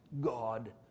God